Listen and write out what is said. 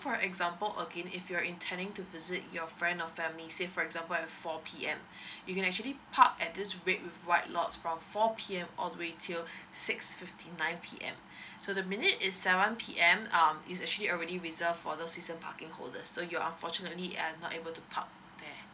for example again if you're intending to visit your friend or family say for example at four P_M you can actually park at this red with white lots from four P_M all the way till six fifty nine P_M so the minute it seven P_M um is actually already reserved for the season parking holder so you unfortunately are not able to park there